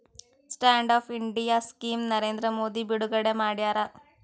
stand up India scheme Narendra Modi ಬಿಡುಗಡೆ ಮಾಡ್ಯಾರ